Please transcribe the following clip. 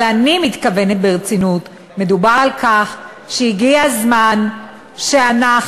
אבל אני מתכוונת ברצינות: מדובר על כך שהגיע הזמן שאנחנו